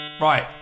Right